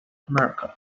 america